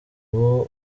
ubu